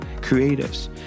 creatives